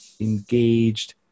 engaged